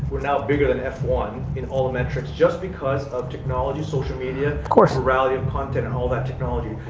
we're now bigger than f one in all the metrics, just because of technology, social media of course. virality of content, and all that technology,